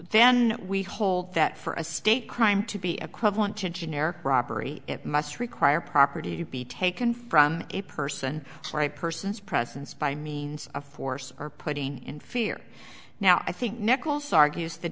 then we hold that for a state crime to be equivalent to generic robbery it must require property to be taken from a person or a person's presence by means of force or putting in fear now i think nichols argues the